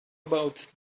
about